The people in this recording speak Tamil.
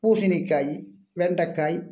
பூசணிக்காய் வெண்டைக்காய்